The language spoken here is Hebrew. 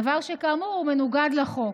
דבר שכאמור הוא מנוגד לחוק.